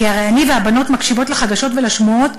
כי הרי אני והבנות מקשיבות לחדשות ולשמועות,